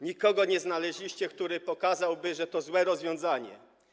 Nikogo nie znaleźliście, kto pokazałby, że to złe rozwiązanie.